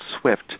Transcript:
SWIFT